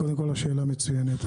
קודם כול, השאלה מצוינת.